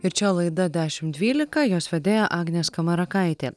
ir čia laida dešimt dvylika jos vedėja agnė skamarakaitė